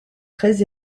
très